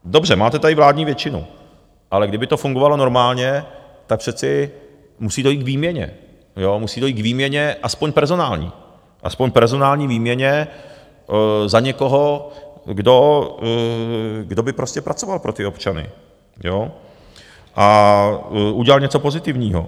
Dobře, máte tady vládní většinu, ale kdyby to fungovalo normálně, tak přece musí dojít k výměně, musí dojít k výměně, aspoň personální, aspoň personální výměně za někoho, kdo by pracoval pro občany a udělal něco pozitivního.